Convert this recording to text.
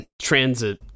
transit